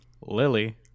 Lily